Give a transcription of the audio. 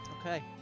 Okay